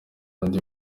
andi